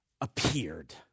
appeared